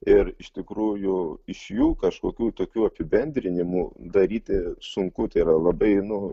ir iš tikrųjų iš jų kažkokių tokių apibendrinimų daryti sunku tai yra labai nu